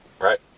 Right